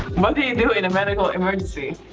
you do in a medical emergency?